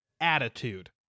attitude